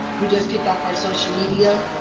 we just kicked off our social media.